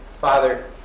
Father